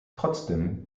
trotzdem